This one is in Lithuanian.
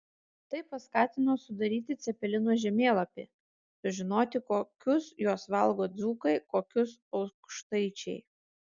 tai paskatino sudaryti cepelinų žemėlapį sužinoti kokius juos valgo dzūkai kokius aukštaičiai